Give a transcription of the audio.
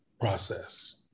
process